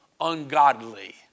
ungodly